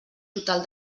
total